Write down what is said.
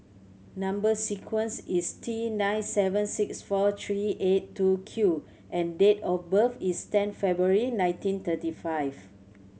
number sequence is T nine seven six four three eight two Q and date of birth is ten February nineteen thirty five